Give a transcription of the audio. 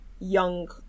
young